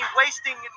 wasting